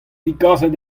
degaset